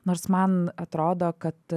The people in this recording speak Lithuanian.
nors man atrodo kad